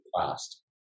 fast